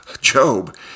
Job